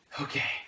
Okay